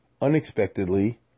unexpectedly